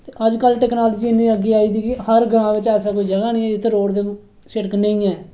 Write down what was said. अजकल टैक्नालजी इन्नी अग्गै आई गेदी कि हर ग्रांऽ बिच ऐसा जगह् निं जित्थै रोड़ सड़क नेईं ऐ